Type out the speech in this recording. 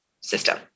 system